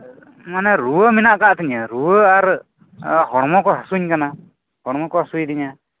ᱢᱟᱱᱮ ᱨᱩᱣᱟᱹ ᱢᱮᱱᱟᱜ ᱠᱟᱫ ᱛᱤᱧᱟᱹ ᱨᱩᱣᱟᱹ ᱟᱨ ᱦᱚᱲᱢᱚ ᱠᱚ ᱦᱟᱹᱥᱳᱧ ᱠᱟᱱᱟ ᱦᱚᱢᱚ ᱠᱚ ᱦᱟᱹᱥᱳᱭᱤᱧᱼᱟ